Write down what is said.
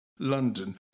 London